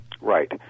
Right